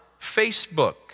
Facebook